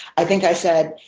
i think i said,